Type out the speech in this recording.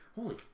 holy